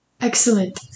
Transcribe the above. Excellent